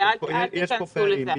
אל תיכנסו לזה עכשיו.